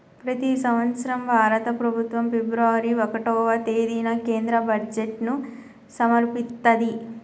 ప్రతి సంవత్సరం భారత ప్రభుత్వం ఫిబ్రవరి ఒకటవ తేదీన కేంద్ర బడ్జెట్ను సమర్పిత్తది